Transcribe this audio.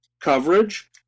coverage